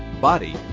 body